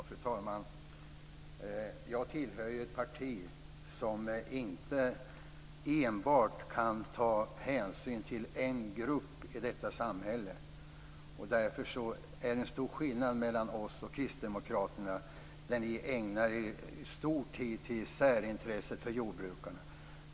Fru talman! Jag tillhör ju ett parti som inte enbart kan ta hänsyn till en grupp i detta samhälle. Därför är det en stor skillnad mellan oss och Kristdemokraterna. Ni ägnar stor tid åt särintresset för jordbrukarna.